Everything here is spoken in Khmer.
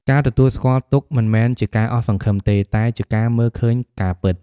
ការទទួលស្គាល់ទុក្ខមិនមែនជាការអស់សង្ឃឹមទេ តែជាការមើលឃើញការពិត។